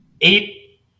eight